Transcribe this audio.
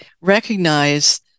recognize